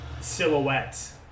silhouettes